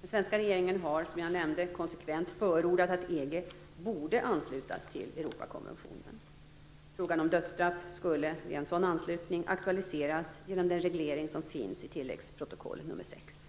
Den svenska regeringen har, som jag nämnde, konsekvent förordat att EG borde anslutas till Europakonventionen. Frågan om dödsstraffet skulle vid en sådan anslutning aktualiseras genom den reglering som finns i tilläggsprotokoll nr 6.